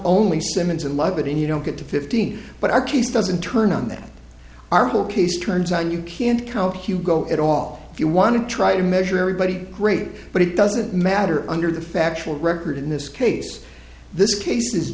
only simmons and love it and you don't get to fifteen but our case doesn't turn on that our whole case turns on you can't count hugo at all if you want to try to measure everybody great but it doesn't matter under the factual record in this case this case is